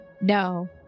No